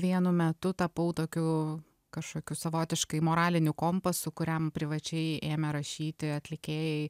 vienu metu tapau tokiu kažkokiu savotiškai moraliniu kompasu kuriam privačiai ėmė rašyti atlikėjai